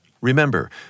Remember